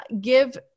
give